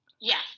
Yes